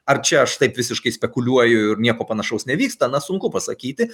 ar čia aš taip visiškai spekuliuoju ir nieko panašaus nevyksta na sunku pasakyti